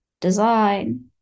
design